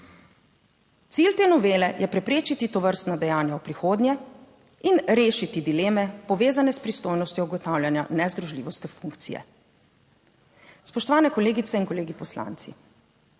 Cilj te novele je preprečiti tovrstna dejanja v prihodnje in rešiti dileme, povezane s pristojnostjo ugotavljanja nezdružljivosti funkcije. Spoštovane kolegice in kolegi poslanci!